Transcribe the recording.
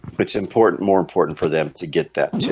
it's important more important for them to get that to